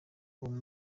ubwo